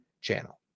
channel